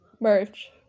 Merch